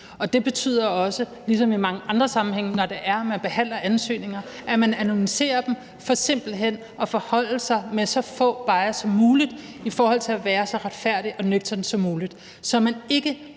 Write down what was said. Det betyder også ligesom i mange andre sammenhænge, når man behandler ansøgninger, at man anonymiserer dem for simpelt hen at forholde sig med så lidt bias som muligt i forhold til at være så retfærdig og nøgtern som muligt, så man ikke